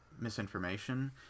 misinformation